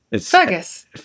Fergus